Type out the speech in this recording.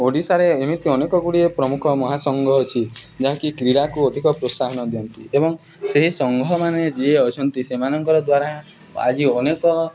ଓଡ଼ିଶାରେ ଏମିତି ଅନେକ ଗୁଡ଼ିଏ ପ୍ରମୁଖ ମହାସଂଘ ଅଛି ଯାହାକି କ୍ରୀଡ଼ାକୁ ଅଧିକ ପ୍ରୋତ୍ସାହନ ଦିଅନ୍ତି ଏବଂ ସେହି ସଂଘ ମାନେ ଯିଏ ଅଛନ୍ତି ସେମାନଙ୍କର ଦ୍ୱାରା ଆଜି ଅନେକ